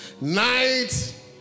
night